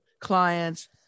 clients